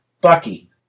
Bucky